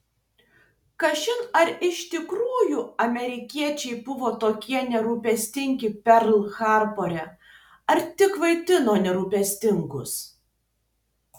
kažin ar iš tikrųjų amerikiečiai buvo tokie nerūpestingi perl harbore ar tik vaidino nerūpestingus